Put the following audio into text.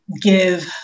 give